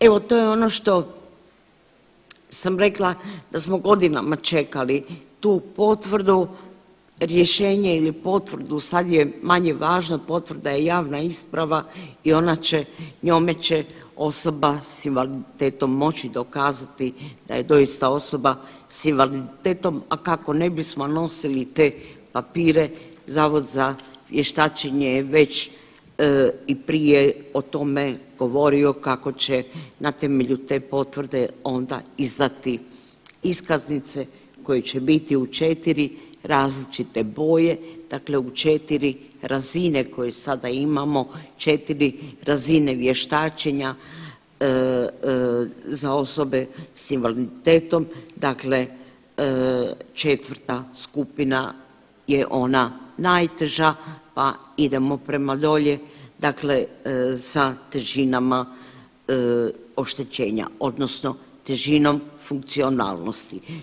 Evo to je ono što sam rekla da smo godinama čekali tu potvrdu, rješenje ili potvrdu, sad je manje važno potvrda je javna isprava i ona će njome će osoba s invaliditetom dokazati da je doista osoba s invaliditetom, a kako ne bismo nosili te papire Zavod za vještačenje je već i prije o tome govorio kako će na temelju te potvrde onda izdati iskaznice koje će biti u četiri različite boje dakle u četiri razine koje sada imamo, četiri razine vještačenja za osobe s invaliditetom, dakle četvrta skupina je ona najteža pa idemo prema dolje dakle sa težinama oštećenja odnosno težinom funkcionalnosti.